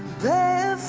the